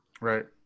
right